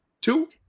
Two